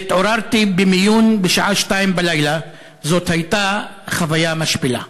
והתעוררתי במיון בשעה 02:00. זו הייתה חוויה משפילה.